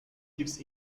gives